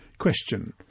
Question